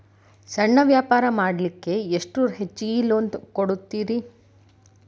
ಸಣ್ಣ ವ್ಯಾಪಾರ ಮಾಡ್ಲಿಕ್ಕೆ ಎಷ್ಟು ಹೆಚ್ಚಿಗಿ ಲೋನ್ ಕೊಡುತ್ತೇರಿ?